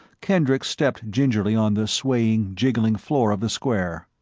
kendricks stepped gingerly on the swaying, jiggling floor of the square.